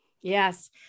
Yes